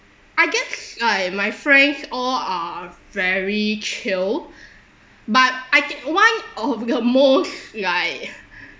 I guess I my friends all are very chill but I one of the most like